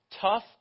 tough